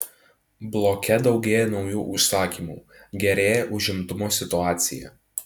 bloke daugėja naujų užsakymų gerėja užimtumo situacija